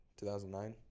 2009